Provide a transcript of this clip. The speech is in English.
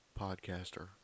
podcaster